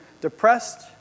depressed